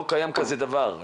לא קיים כזה דבר,